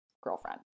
girlfriend